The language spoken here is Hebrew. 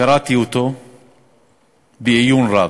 קראתי אותו בעיון רב,